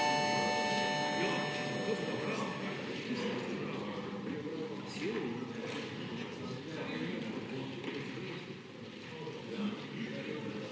Hvala